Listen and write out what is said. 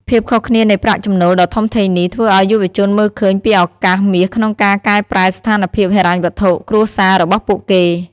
ភាពខុសគ្នានៃប្រាក់ចំណូលដ៏ធំធេងនេះ ធ្វើឱ្យយុវជនមើលឃើញពីឱកាសមាសក្នុងការកែប្រែស្ថានភាពហិរញ្ញវត្ថុគ្រួសាររបស់ពួកគេ។